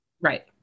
Right